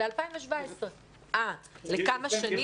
לכמה שנים?